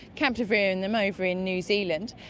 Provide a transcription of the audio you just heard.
captive rearing them over in new zealand,